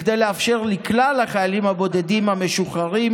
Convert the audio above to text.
כדי לאפשר לכלל החיילים הבודדים המשוחררים